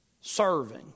serving